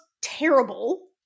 terrible